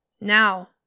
Now